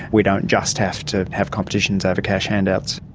we don't just have to have competitions over cash handouts.